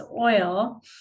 oil